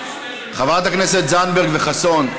חברת הכנסת זנדברג וחסון,